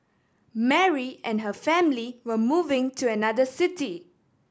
Mary and her family were moving to another city